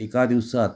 एका दिवसात